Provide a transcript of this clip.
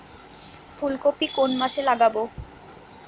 ফুলকপি কোন মাসে লাগাবো?